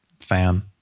fan